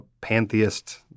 pantheist